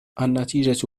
النتيجة